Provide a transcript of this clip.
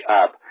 up